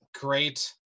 great